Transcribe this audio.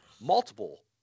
multiple